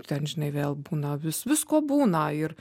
ten žinai vėl būna vis visko būna ir